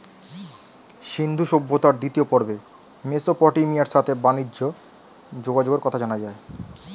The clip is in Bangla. সিন্ধু সভ্যতার দ্বিতীয় পর্বে মেসোপটেমিয়ার সাথে বানিজ্যে যোগাযোগের কথা জানা যায়